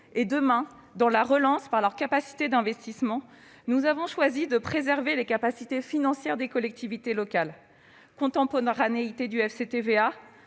et, demain, dans la relance par leur capacité d'investissement, nous avons choisi de préserver leurs capacités financières : contemporanéité du FCTVA